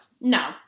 No